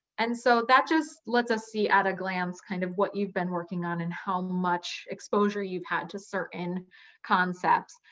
and so that just lets us see at a glance kind of what you've been working on and how much exposure you've had to certain concepts.